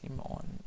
on